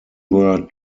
were